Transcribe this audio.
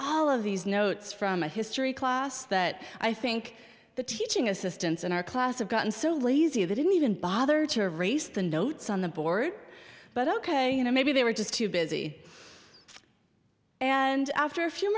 all of these notes from a history class that i think the teaching assistants in our class have gotten so lazy they didn't even bother to race the notes on the board but ok maybe they were just too busy and after a few